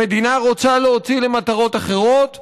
המדינה רוצה להוציא למטרות אחרות?